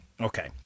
Okay